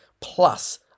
plus